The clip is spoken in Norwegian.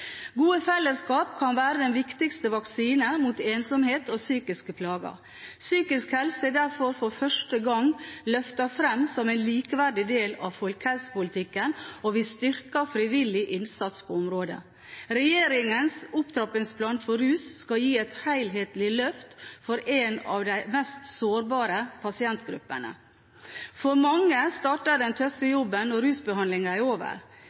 Gode fellesskap kan være den viktigste vaksinen mot ensomhet og psykiske plager. Psykisk helse er derfor for første gang løftet fram som en likeverdig del av folkehelsepolitikken, og vi styrker frivillig innsats på området. Regjeringens opptrappingsplan for rusfeltet skal gi et helhetlig løft for en av de mest sårbare pasientgruppene. For mange starter den tøffeste jobben når rusbehandlingen er over.